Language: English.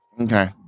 Okay